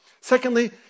Secondly